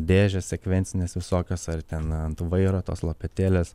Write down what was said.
dėžės sekvencinės visokios ar ten ant vairo tos lopetėlės